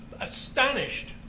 astonished